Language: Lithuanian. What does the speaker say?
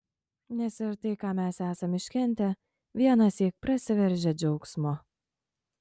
nes ir tai ką mes esam iškentę vienąsyk prasiveržia džiaugsmu